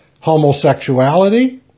homosexuality